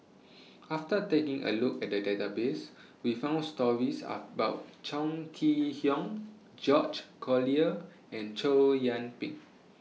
after taking A Look At The Database We found stories about Chong Kee Hiong George Collyer and Chow Yian Ping